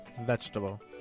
vegetable